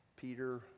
Peter